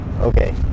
Okay